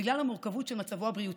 בגלל המורכבות של מצבו הבריאותי,